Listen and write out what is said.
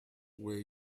were